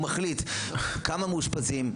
הוא מחליט כמה מאושפזים,